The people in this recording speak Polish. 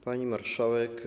Pani Marszałek!